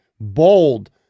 bold